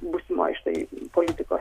būsimoj štai politiko